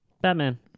Batman